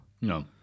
No